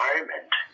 environment